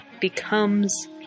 becomes